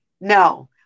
No